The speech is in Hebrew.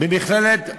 במכללת "הרצוג",